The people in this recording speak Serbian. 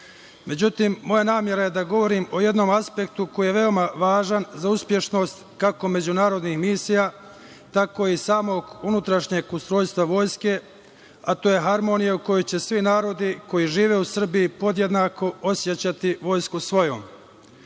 naroda.Međutim, moja namera je da govorim o jednom aspektu koji je veoma važan za uspešnost, kako međunarodnih misija, tako i samog unutrašnjeg ustrojstva Vojske, a to je harmonija u kojoj će svi narodi koji žive u Srbiji podjednako osećati Vojsku svojom.